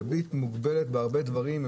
דביט מוגבל בהרבה דברים.